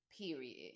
period